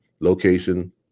location